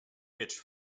witch